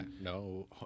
No